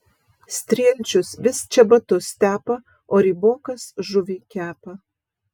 strielčius vis čebatus tepa o rybokas žuvį kepa